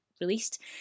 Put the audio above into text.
released